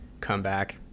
comeback